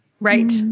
Right